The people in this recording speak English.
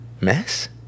Mess